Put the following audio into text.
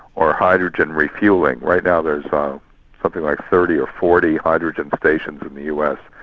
or hydrogen refuelling. right now there's something like thirty or forty hydrogen stations in the us.